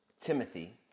Timothy